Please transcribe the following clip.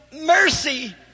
mercy